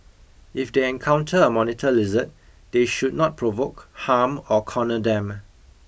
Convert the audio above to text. if they encounter a monitor lizard they should not provoke harm or corner them